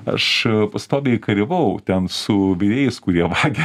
aš pastoviai kariavau ten su virėjais kurie vagia